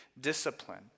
discipline